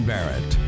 Barrett